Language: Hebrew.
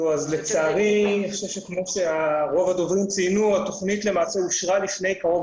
לצערי - רוב הדוברים ציינו - התכנית למעשה אושרה לפני קרוב